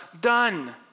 done